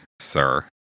sir